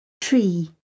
Tree